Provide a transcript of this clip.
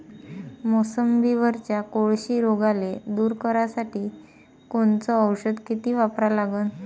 मोसंबीवरच्या कोळशी रोगाले दूर करासाठी कोनचं औषध किती वापरा लागन?